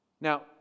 Now